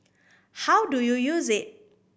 how do you use it